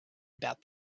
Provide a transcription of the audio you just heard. about